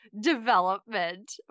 development